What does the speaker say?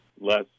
less